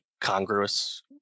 congruous